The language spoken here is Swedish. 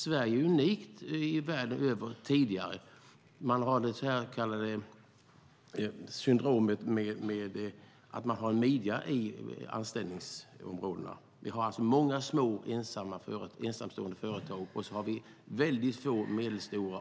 Sverige är unikt i världen sedan tidigare i och med att vi har syndromet med en så kallad midja i anställningsområdena. Vi har alltså många små ensamföretagare, få medelstora